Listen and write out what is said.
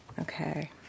Okay